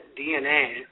DNA